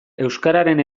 euskararen